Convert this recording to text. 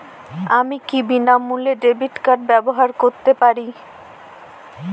আমি কি বিনামূল্যে ডেবিট কার্ড ব্যাবহার করতে পারি?